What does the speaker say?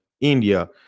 India